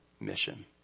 mission